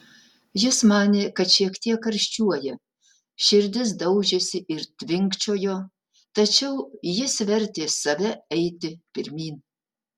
jis manė kad šiek tiek karščiuoja širdis daužėsi ir tvinkčiojo tačiau jis vertė save eiti pirmyn